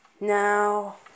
Now